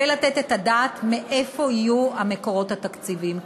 ולתת את הדעת מאיפה יהיו המקורות התקציביים,